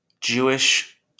Jewish